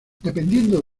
dependiendo